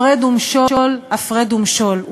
הפרד ומשול, הפרד ומשול.